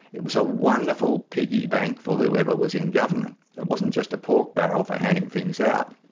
it was a wonderful piggy-bank for whoever was in government. it wasn't just a pork-barrel for handing things out,